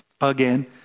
again